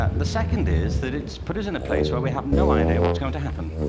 ah the second is that it's put us in a place where we have no idea what's going to happen